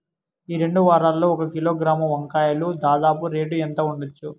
ఈ రెండు వారాల్లో ఒక కిలోగ్రాము వంకాయలు దాదాపు రేటు ఎంత ఉండచ్చు?